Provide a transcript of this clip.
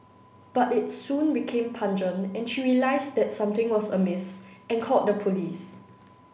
but it soon became pungent and she realised that something was amiss and called the police